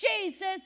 Jesus